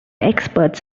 experts